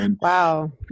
wow